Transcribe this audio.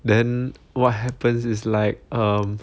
then what happens is like um